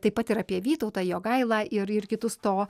taip pat ir apie vytautą jogailą ir ir kitus to